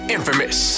Infamous